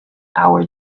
our